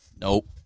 Nope